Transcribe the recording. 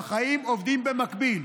בחיים עובדים במקביל.